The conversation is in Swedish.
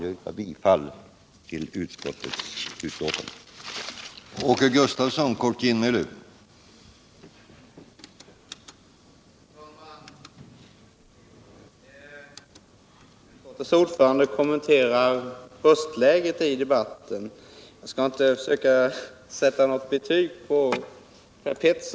Jag yrkar bifall till utskottets hemställan i betänkandet.